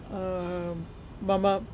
मम